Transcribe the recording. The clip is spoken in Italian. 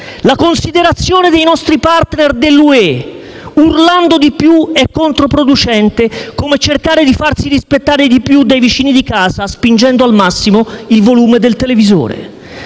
la considerazione dei nostri *partner* dell'UE urlando di più è controproducente come cercare di farsi rispettare di più dai vicini di casa spingendo al massimo il volume del televisore.